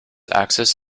axis